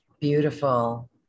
beautiful